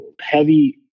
heavy